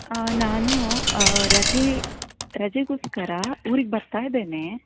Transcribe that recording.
ನಾನು ರಜೆ ರಜೆಗೋಸ್ಕರ ಊರಿಗೆ ಬರ್ತಾ ಇದ್ದೇನೆ